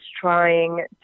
trying